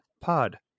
Pod